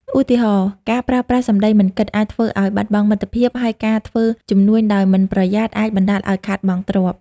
ឧទាហរណ៍៖ ការប្រើប្រាស់សម្ដីមិនគិត អាចធ្វើឲ្យបាត់បង់មិត្តភក្តិ ហើយការធ្វើជំនួញដោយមិនប្រយ័ត្ន អាចបណ្ដាលឲ្យខាតបង់ទ្រព្យ។